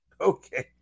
Okay